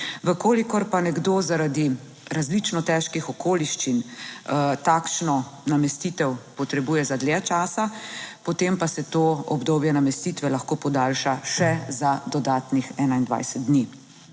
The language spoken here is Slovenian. kolikor pa nekdo zaradi različno težkih okoliščin takšno namestitev potrebuje za dlje časa, potem pa se to obdobje namestitve lahko podaljša še za dodatnih 21 dni,